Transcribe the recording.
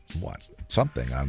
what, something, on